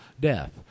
death